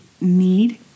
need